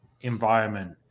environment